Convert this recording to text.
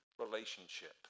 relationship